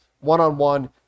one-on-one